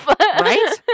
right